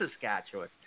Saskatchewan